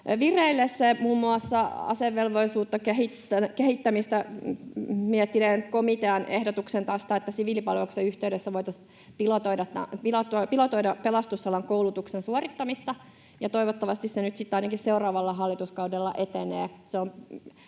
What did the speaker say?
vireille muun muassa asevelvollisuuden kehittämistä miettineen komitean ehdotus tästä, että siviilipalveluksen yhteydessä voitaisiin pilotoida pelastusalan koulutuksen suorittamista. Toivottavasti se nyt sitten ainakin seuraavalla hallituskaudella etenee.